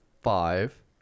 five